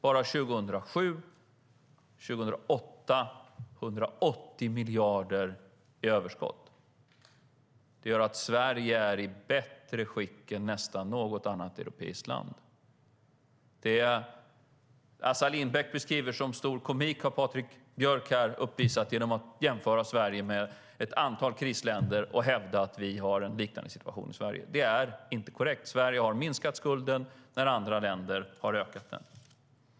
Bara under 2007 och 2008 hade vi 180 miljarder i överskott. Sverige är i bättre skick än nästan något annat europeiskt land. Det som Assar Lindbeck beskriver som stor komik har Patrik Björck uppvisat här genom att jämföra Sverige med ett antal krisländer och hävda att vi har en liknande situation i Sverige. Det är inte korrekt. Sverige har minskat skulden när andra länder har ökat den.